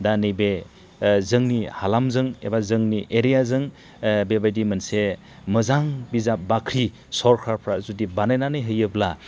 दा नैबे जोंनि हालामजों एबा जोंनि एरियाजों बेबादि मोनसे मोजां बिजाब बाख्रि सरखारफ्रा जुदि बानायनानै होयोब्ला